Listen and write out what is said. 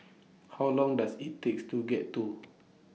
How Long Does IT takes to get to